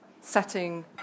setting